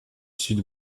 sud